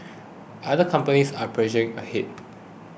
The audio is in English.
other companies are pressing ahead